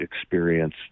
experience